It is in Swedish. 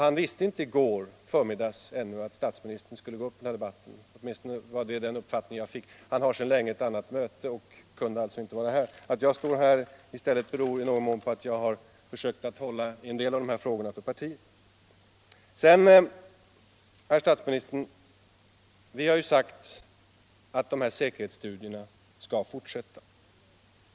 Han visste ännu inte i går förmiddag att statsministern skulle gå upp i den här debatten, åtminstone var det den uppfattning jag fick. Han har sedan länge ett möte inbokat och kunde alltså inte vara här. Att jag står här i stället beror på att jag har försökt att hålla i en del av dessa frågor för partiet. Vi har sagt, herr statsminister, att säkerhetsstudierna skall fortsätta.